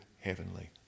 heavenly